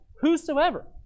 whosoever